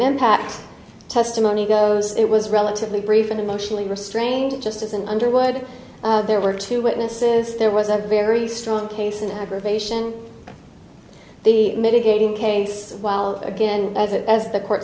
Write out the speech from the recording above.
impact testimony goes it was relatively brief and emotionally restraint just as an underwood there were two witnesses there was a very strong case in aggravation the mitigating case while again as the court